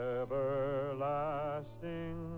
everlasting